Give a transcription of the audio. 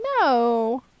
No